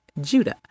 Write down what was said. Judah